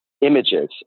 images